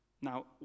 Now